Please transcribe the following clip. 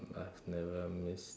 I've never missed